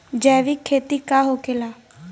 जैविक खेती का होखेला?